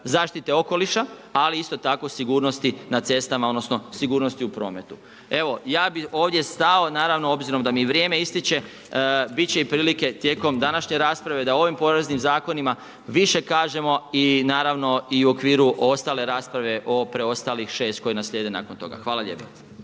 zašite okoliša, ali isto tako sigurnosti na cestama, odnosno, sigurnosni u prometu. Ja bi ovdje stao, naravno, obzirom da mi vrijeme ističe, biti će i prilike tijekom današnje rasprave, da ovim poreznim zakonima, više kažemo i naravno i u okviru ostale rasprave o preostalih 6 koji nam slijede nakon toga. Hvala lijepo.